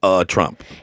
Trump